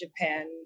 Japan